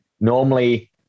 Normally